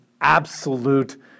absolute